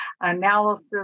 analysis